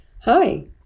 Hi